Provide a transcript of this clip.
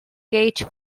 gauge